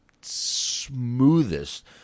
smoothest